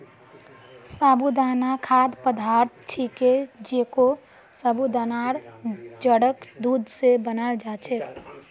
साबूदाना खाद्य पदार्थ छिके जेको साबूदानार जड़क दूध स बनाल जा छेक